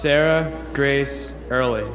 sarah grace earl